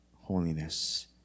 holiness